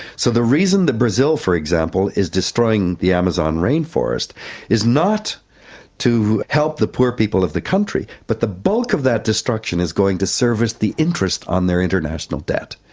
so the reason that brazil, for example, is destroying the amazon rainforest rainforest is not to help the poor people of the country, but the bulk of that destruction is going to service the interest on their international debt.